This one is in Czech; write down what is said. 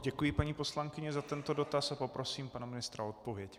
Děkuji, paní poslankyně, za tento dotaz a poprosím pana ministra o odpověď.